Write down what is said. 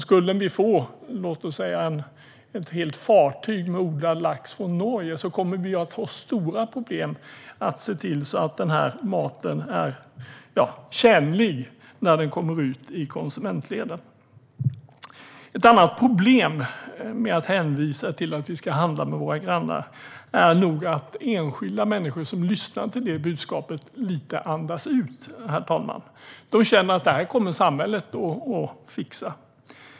Skulle vi få låt oss säga ett helt fartyg med odlad lax från Norge kommer vi att få stora problem att se till att den här maten är tjänlig när den kommer ut i konsumentledet. Ett annat problem med att hänvisa till att vi ska handla med våra grannar är nog att enskilda människor som lyssnar till det budskapet andas ut lite, herr talman. De känner att samhället kommer att fixa det här.